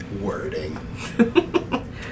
Wording